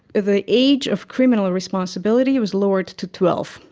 the age of criminal responsibility was lowered to twelve.